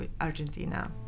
Argentina